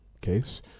case